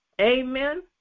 Amen